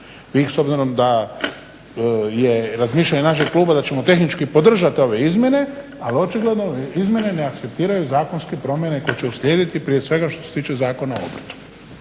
ili vi s obzirom da je razmišljanje našeg kluba da ćemo tehnički podržati ove izmjene ali očigledno ove izmjene ne akceptiraju zakonske promjene koje će uslijediti prije svega što se tiče Zakona o obrtu.